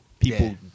People